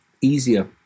easier